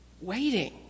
waiting